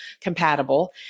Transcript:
compatible